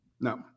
No